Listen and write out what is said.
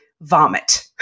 vomit